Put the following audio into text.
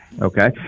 Okay